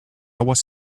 wars